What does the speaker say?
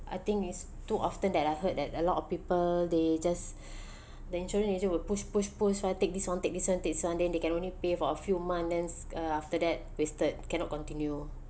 I think it's too often that I heard that a lot of people they just the insurance agent will push push push like take this [one] take this [one] take this [one] then they can only pay for a few months then uh after that wasted cannot continue